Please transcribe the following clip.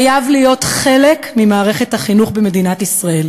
חייב להיות חלק ממערכת החינוך במדינת ישראל,